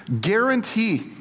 guarantee